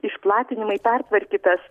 išplatinimai pertvarkytas